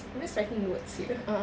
I'm just writing notes here